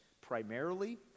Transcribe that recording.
primarily